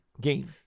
game